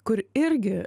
kur irgi